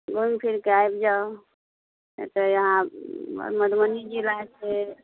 घुमि फिरके आबि जाउ एतऽ यहाँ मधुबनी जिला छै